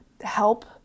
help